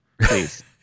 please